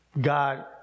God